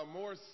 more